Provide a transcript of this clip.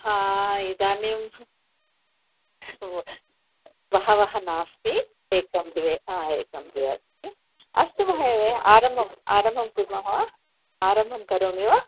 हा इदानीं बहवः नास्ति एकं द्वे हा एकं द्वे अस्ति अस्तु महोदये आरम्भम् आरम्भं कुर्मः वा आरम्भं करोमि वा